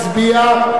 הצביע,